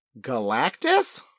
Galactus